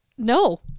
No